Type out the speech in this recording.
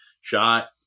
shot